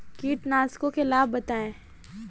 कीटनाशकों के लाभ बताएँ?